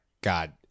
God